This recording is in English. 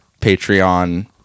patreon